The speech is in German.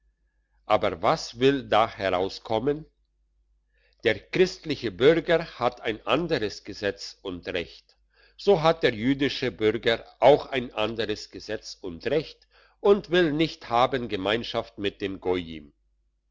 aber was will da herauskommen der christliche bürger hat ein anderes gesetz und recht so hat der jüdische bürger auch ein anderes gesetz und recht und will nicht haben gemeinschaft mit den